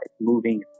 moving